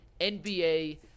NBA